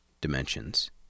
dimensions